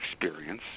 experience